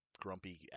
grumpy